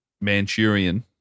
Manchurian